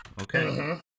Okay